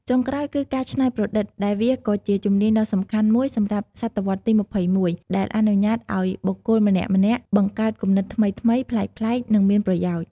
ចុងក្រោយគឺការច្នៃប្រឌិត ដែលវាក៏ជាជំនាញដ៏សំខាន់មួយសម្រាប់សតវត្សរ៍ទី២១ ដែលអនុញ្ញាតឱ្យបុគ្គលម្នាក់ៗ បង្កើតគំនិតថ្មីៗ ប្លែកៗ និងមានប្រយោជន៍។